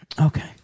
Okay